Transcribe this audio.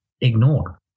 ignore